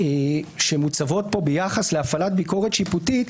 שמוצבות פה ביחס להפעלת ביקורת שיפוטית,